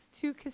two